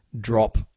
drop